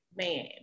Man